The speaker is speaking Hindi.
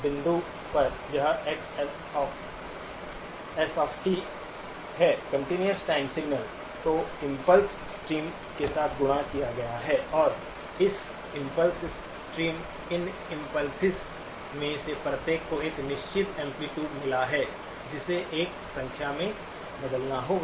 तो इस बिंदु पर यह xs है कंटीन्यूअस टाइम सिग्नल को इम्पल्स स्ट्रीम के साथ गुणा किया गया है और इस इम्पल्स स्ट्रीम इन इम्पल्सीस में से प्रत्येक को एक निश्चित एम्पलीटूड मिला है जिसे एक संख्या में बदलना होगा